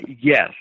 Yes